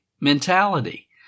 mentality